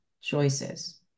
choices